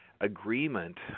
agreement